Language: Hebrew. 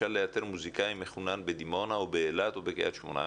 אפשר לאתר מוסיקאי מחונן בדימונה או באילת או בקרית שמונה.